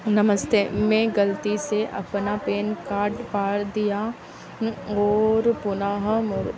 नमस्ते मैं गलती से अपना पैन कार्ड फाड़ दिया उसमें और पोलाहा मर